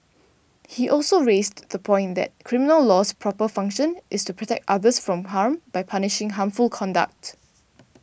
he also raised the point that criminal law's proper function is to protect others from harm by punishing harmful conduct